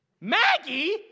Maggie